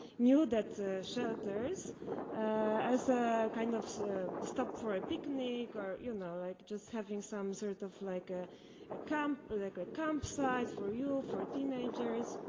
knew that shelters as a kind of stop for a picnic, or, you know, like just having some sort of like a camp, but like a campsite for you, for teenagers.